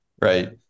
Right